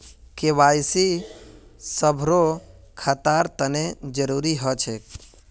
KYC सभारो खातार तने जरुरी ह छेक